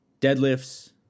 deadlifts